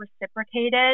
reciprocated